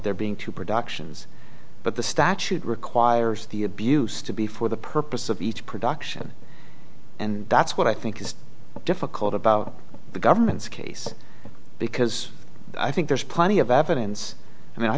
there being two productions but the statute requires the abuse to be for the purpose of each production and that's what i think is difficult about the government's case because i think there's plenty of evidence